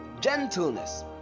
gentleness